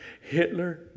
Hitler